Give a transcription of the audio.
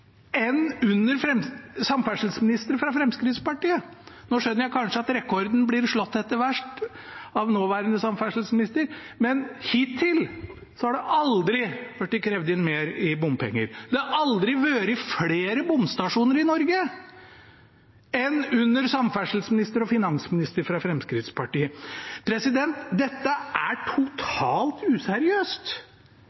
enn under samferdselsministere fra Fremskrittspartiet. Nå skjønner jeg kanskje at rekorden blir slått etter hvert av den nåværende samferdselsministeren, men hittil har det aldri vært krevd inn mer i bompenger. Det har aldri vært flere bomstasjoner i Norge enn under en samferdselsminister og en finansminister fra Fremskrittspartiet. Dette er